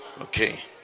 Okay